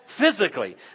physically